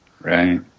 Right